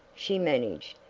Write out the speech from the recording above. she managed,